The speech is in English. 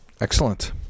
Excellent